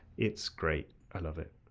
it's great, i love it.